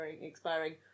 expiring